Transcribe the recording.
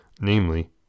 namely